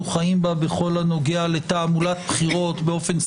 חיים בה בכל הנוגע לתעמולת בחירות באופן ספציפי,